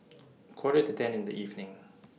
Quarter to ten in The evening